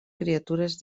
criatures